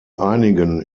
einigen